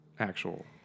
Actual